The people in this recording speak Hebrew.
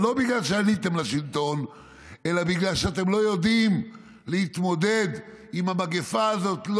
ולא בגלל שעליתם לשלטון אלא בגלל שאתם לא יודעים להתמודד עם המגפה הזאת,